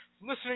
listening